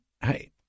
hey